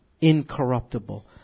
incorruptible